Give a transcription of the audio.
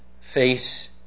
face